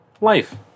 life